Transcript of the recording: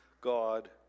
God